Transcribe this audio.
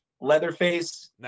Leatherface